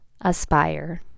aspire